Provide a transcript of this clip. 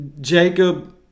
jacob